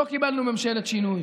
לא קיבלנו ממשלת שינוי.